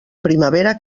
primavera